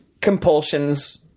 compulsions